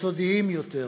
יסודיים יותר,